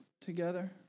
together